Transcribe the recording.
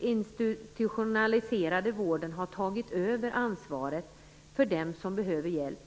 institutionaliserade vården har tagit över ansvaret för dem som behöver hjälp.